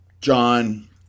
john